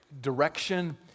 direction